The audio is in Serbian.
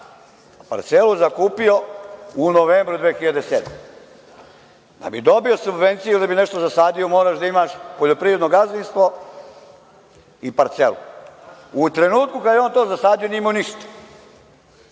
godine zakupio, u novembru 2007. godine. Da bi dobio subvenciju ili da bi nešto zasadio, moraš da imaš poljoprivredno gazdinstvo i parcelu. U trenutku kada je on to zasadio, nije imao ništa.